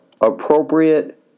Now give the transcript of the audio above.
appropriate